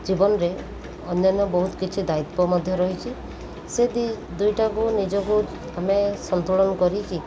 ଜୀବନରେ ଅନ୍ୟାନ୍ୟ ବହୁତ କିଛି ଦାୟିତ୍ୱ ମଧ୍ୟ ରହିଛି ସେ ଦୁଇଟାକୁ ନିଜକୁ ଆମେ ସନ୍ତୁଳନ କରିକି